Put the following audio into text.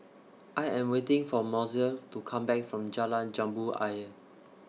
I Am waiting For Mozell to Come Back from Jalan Jambu Ayer